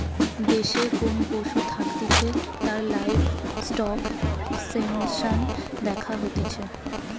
দেশে কোন পশু থাকতিছে তার লাইভস্টক সেনসাস দ্যাখা হতিছে